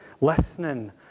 listening